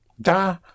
da